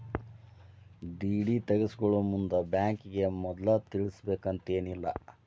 DD ತಗ್ಸ್ಕೊಳೊಮುಂದ್ ಬ್ಯಾಂಕಿಗೆ ಮದ್ಲ ತಿಳಿಸಿರ್ಬೆಕಂತೇನಿಲ್ಲಾ